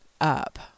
up